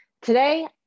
Today